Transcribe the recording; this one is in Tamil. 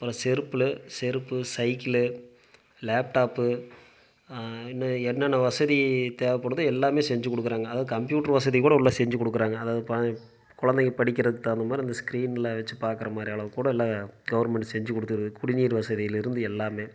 அப்புறம் செருப்பில் செருப்பு சைக்கிளு லேப்டாப்பு இன்னும் என்னென்ன வசதி தேவைபடுதோ எல்லாமே செஞ்சு கொடுக்குறாங்க அதுவும் கம்யூட்டர் வசதி கூட உள்ளே செஞ்சு கொடுக்குறாங்க அதாவது பாருங்க குழந்தைங்க படிக்கிறதுக்கு தகுந்த மாதிரி அந்த ஸ்கிரீனில் வச்சு பார்க்குற மாதிரி அளவு கூட எல்லாம் கவுர்மெண்ட் செஞ்சு கொடுக்குது குடிநீர் வசதிலிருந்து எல்லாமே